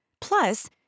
Plus